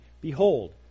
Behold